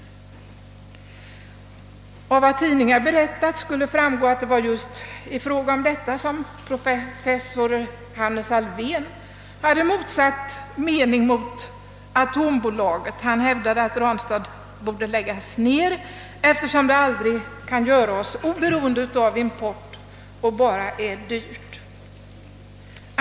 Enligt vad tidningarna berättat skulle det just vara i denna fråga som professor Hannes Alfvén hade motsatt mening mot atombolaget. Han hävdade att Ranstadsverket borde läggas ner eftersom det aldrig kan göra oss oberoende av import och bara blir dyrt.